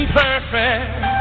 perfect